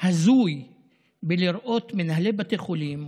הזוי בלראות מנהלי בתי חולים,